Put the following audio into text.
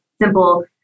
simple